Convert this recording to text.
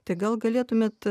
tai gal galėtumėt